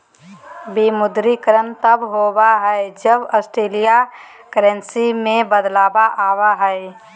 विमुद्रीकरण तब होबा हइ, जब राष्ट्रीय करेंसी में बदलाव आबा हइ